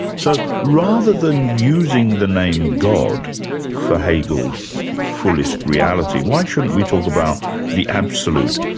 so rather than using the name god for hegel's fullest reality, why shouldn't we talk about the absolute,